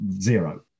zero